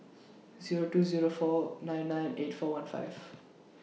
Zero two Zero four nine nine eight four one five